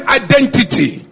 identity